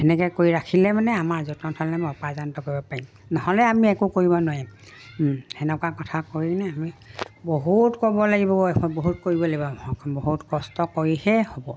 তেনেকৈ কৰি ৰাখিলে মানে আমাৰ যতন থ'লে মই কৰিব পাৰিম নহ'লে আমি একো কৰিব নোৱাৰিম তেনেকুৱা কথা কৰি কিনে আমি বহুত ক'ব লাগিব বহুত কৰিব লাগিব বহুত কষ্ট কৰিহে হ'ব